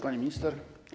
Pani Minister!